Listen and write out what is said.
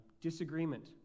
Disagreement